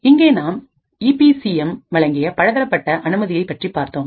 இங்கே நாம் E P C M வழங்கிய பலதரப்பட்ட அனுமதியை பற்றிப் பார்த்தோம்